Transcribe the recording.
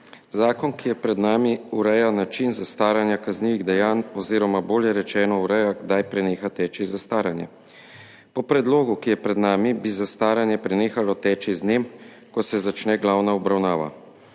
Zakon, ki je pred nami, ureja način zastaranja kaznivih dejanj oziroma bolje rečeno ureja, kdaj preneha teči zastaranje. Po predlogu, ki je pred nami, bi zastaranje prenehalo teči z dnem, ko se začne glavna obravnava.